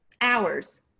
hours